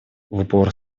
упор